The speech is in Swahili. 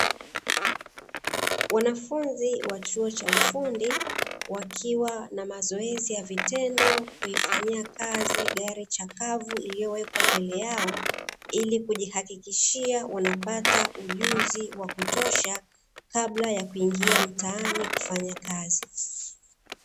Wanafunzi wa chuo cha ufundi, wakiwa na mazoezi ya vitendo, kuifanyia kazi gari chakavu iliyowekwa mbele yao ili kujihakikishia wanapata ujuzi wa kutosha, kabla ya kuingia mtaani kufanya kazi.